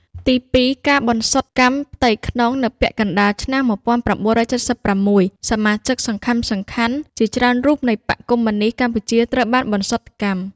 ទីពីរ ការបន្សុទ្ធកម្មផ្ទៃក្នុង នៅពាក់កណ្តាលឆ្នាំ ១៩៧៦ សមាជិកសំខាន់ៗជាច្រើនរូបនៃបក្សកុម្មុយនីស្តកម្ពុជាត្រូវបានបន្សុទ្ធកម្ម។